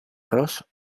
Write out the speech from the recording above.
ross